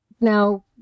Now